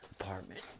apartment